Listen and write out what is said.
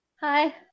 Hi